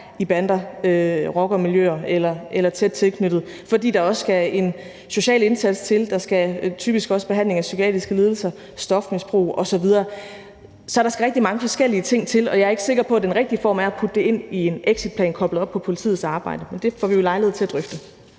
i bander eller rockermiljøer eller er tæt knyttet dertil, fordi der også skal en social indsats til og der også typisk skal en behandling af psykiatriske lidelser og stofmisbrug til osv. Så der skal rigtig mange forskellige ting til, og jeg er ikke sikker på, at den rigtige form er at putte det ind i en exitplan koblet på politiets arbejde. Men det får vi jo lejlighed til at drøfte.